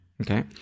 Okay